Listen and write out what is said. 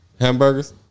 Hamburgers